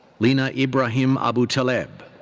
lena ibrahim aboutaleb.